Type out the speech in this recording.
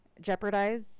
jeopardize